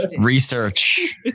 research